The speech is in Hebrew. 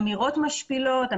אמירות משפילות,